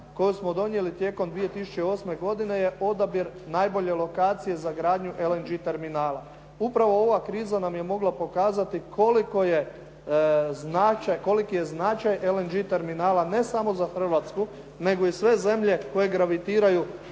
koju smo donijeli tijekom 2008. godine je odabir najbolje lokacije za gradnju LNG terminala. Upravo ova kriza nam je mogla pokazati koliki je značaj LNG terminala, ne samo za Hrvatsku, nego i sve zemlje koje gravitiraju,